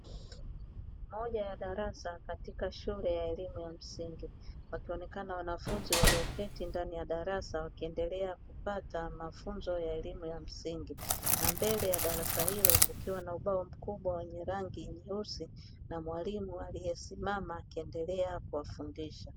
Moja ya darasa katika shule ya elimu ya msingi, wakionekana wanafunzi walioketi ndani ya darasa wakiendelea kupata mafunzo ya elimu ya msingi, na mbele ya darasa hilo kukiwa na ubao mkubwa wenye rangi nyeusi na mwalimu aliyesimama akiendelea kuwafundisha.